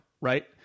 right